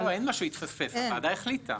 לא, אין משהו יתפספס, הוועדה החליטה.